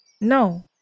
No